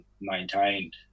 maintained